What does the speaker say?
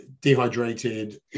dehydrated